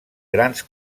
grans